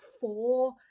four